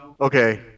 Okay